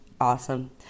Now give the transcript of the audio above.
Awesome